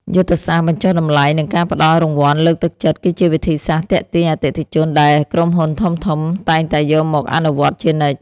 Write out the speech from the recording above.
យុទ្ធសាស្ត្របញ្ចុះតម្លៃ និងការផ្តល់រង្វាន់លើកទឹកចិត្តគឺជាវិធីសាស្ត្រទាក់ទាញអតិថិជនដែលក្រុមហ៊ុនធំៗតែងតែយកមកអនុវត្តជានិច្ច។